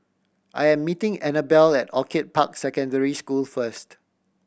I am meeting Annabel at Orchid Park Secondary School first